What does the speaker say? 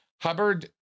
Hubbard